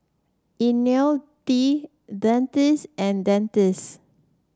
IoniL T Dentiste and Dentiste